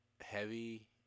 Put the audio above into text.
heavy